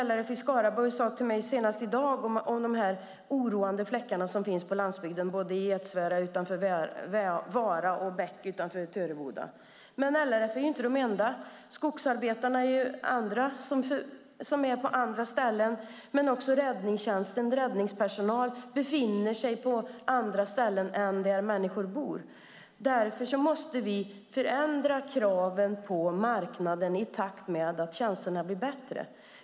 LRF i Skaraborg pratade med mig senast i dag om de här oroande fläckarna, som finns på landsbygden både i Edsvära utanför Vara och i Bäck utanför Töreboda. Men LRF är inte de enda. Skogsarbetarna är andra som är på andra ställen. Men också räddningstjänsten och räddningspersonal befinner sig på andra ställen än där människor bor. Därför måste vi förändra kraven på marknaden i takt med att tjänsterna blir bättre.